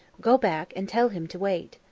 go back and tell him to wait.